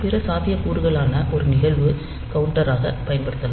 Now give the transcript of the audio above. பிற சாத்தியக்கூறுகளான ஒரு நிகழ்வு கவுண்டராகப் பயன்படுத்தலாம்